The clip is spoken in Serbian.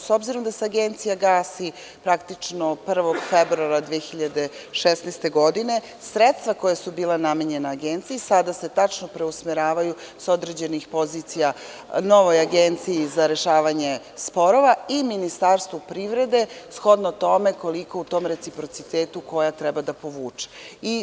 S obzirom da se Agencija gasi praktično 1. februara 2016. godine, sredstva koja su bila namenjena, sada se tačno preusmeravaju sa određenih pozicija novoj agenciji za rešavanje sporova i Ministarstvu privrede, shodno tome koliko u tom reciprocitetu koja treba da povuče.